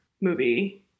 movie